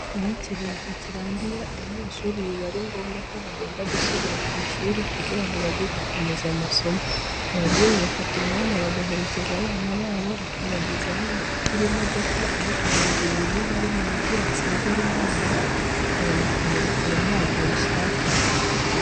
Iyo ikiruhuko kirangiye abanyeshuri biba ari ngombwa ko bagomba gusubira ku ishuri kugira ngo bajye gukomeza amasomo. Ababyeyi bafata umwanya bagaherekeza abana babo bakabageza aho bafatira imodoka ariko hari igihe rimwe na rimwe umubyeyi asezera umwana ukabona kumurekura ntabwo abishaka.